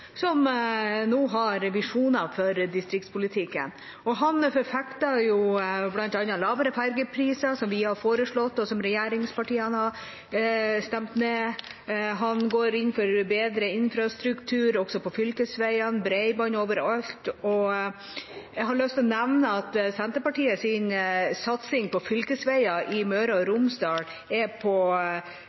som nå har visjoner for distriktspolitikken. Han forfekter bl.a. lavere fergepriser, som vi har foreslått, og som regjeringspartiene har stemt ned. Han går inn for bedre infrastruktur også på fylkesveiene og bredbånd overalt. Jeg har lyst til å nevne at Senterpartiets satsing på fylkesveier i Møre og Romsdal er på